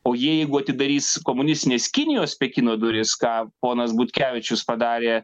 o jeigu atidarys komunistinės kinijos pekino duris ką ponas butkevičius padarė